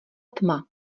tma